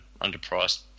underpriced